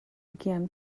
began